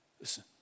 listen